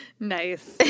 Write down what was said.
Nice